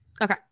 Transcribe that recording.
Okay